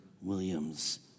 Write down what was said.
Williams